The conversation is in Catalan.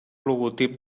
logotip